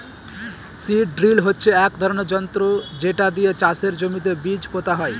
seed drill হচ্ছে এক ধরনের যন্ত্র যেটা দিয়ে চাষের জমিতে বীজ পোতা হয়